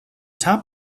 top